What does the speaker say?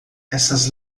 essas